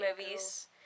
movies